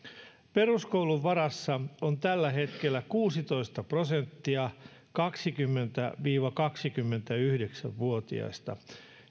peruskoulun varassa on tällä hetkellä kuusitoista prosenttia kaksikymmentä viiva kaksikymmentäyhdeksän vuotiaista